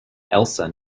elsa